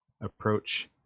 approach